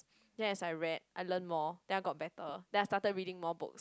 then as I read I learn more then I got better then I started reading more books